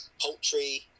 poultry